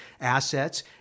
assets